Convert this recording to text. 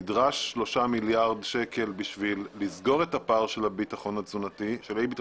נדרשים שלושה מיליארד שקלים כדי לסגור את הפער של אי הביטחון התזונתי.